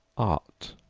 art,